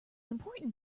important